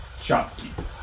shopkeeper